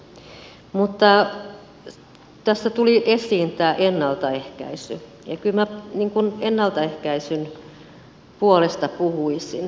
mutta tässä tuli esiin tämä ennaltaehkäisy ja kyllä minä ennaltaehkäisyn puolesta puhuisin